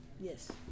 yes